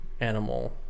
animal